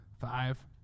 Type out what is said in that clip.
five